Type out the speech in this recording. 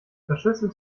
verschlüsselt